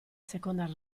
seconda